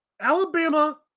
Alabama